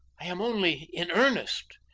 i am only in earnest,